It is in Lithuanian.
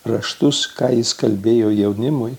raštus ką jis kalbėjo jaunimui